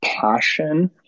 passion